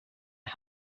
are